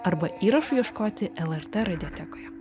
arba įrašų ieškoti lrt radiotekoje